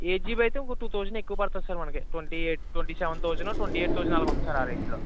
eight GB అయితే ఇంకో two thousand ఎక్కువ పడుతుంది సార్ మనకు ట్వంటి ఎయిట్ ట్వంటి సెవెన్ థౌసండో ట్వంటి ఎయిట్ థౌసండో అలాగ ఉంది సార్ ఆ రేంజ్లో